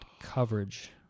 coverage